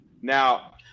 Now